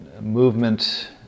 movement